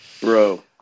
Bro